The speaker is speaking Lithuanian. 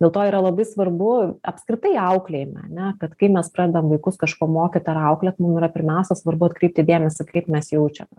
dėl to yra labai svarbu apskritai auklėjime ane kad kai mes pradedam vaikus kažko mokyt ar auklėt mum yra pirmiausia svarbu atkreipti dėmesį kaip mes jaučiam